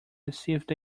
received